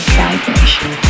vibration